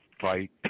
fight